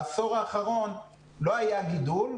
בעשור האחרון לא היה גידול,